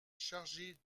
chargée